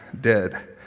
dead